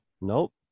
Nope